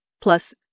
plus